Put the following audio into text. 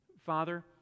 Father